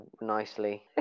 nicely